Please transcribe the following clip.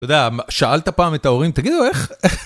אתה יודע, שאלת פעם את ההורים, תגידו איך.